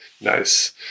Nice